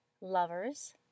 lovers